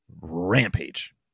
rampage